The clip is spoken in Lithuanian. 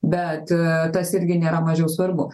bet tas irgi nėra mažiau svarbu